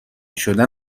شدن